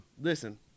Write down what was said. Listen